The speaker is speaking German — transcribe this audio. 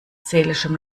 seelischem